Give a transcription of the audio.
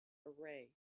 array